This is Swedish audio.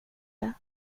det